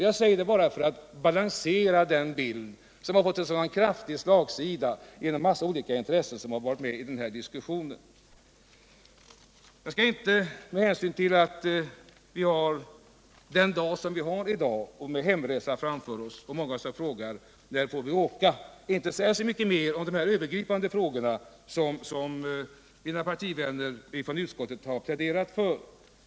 Jag säger det här bara för att balansera den bild som fått en sådan kraftig slagsida genom att en mängd olika intressen har varit med i denna diskussion. Jag skall, med hänsyn till den dag vi har i dag, med hemresa framför oss och många som undrar när de får åka, inte säga så mycket mer om de övergripande frågorna som mina partivänner i utskottet har pläderat för.